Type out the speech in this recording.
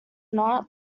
not